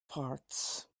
parts